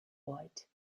white